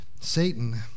Satan